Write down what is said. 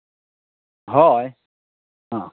ᱦᱳᱭ ᱦᱮᱸ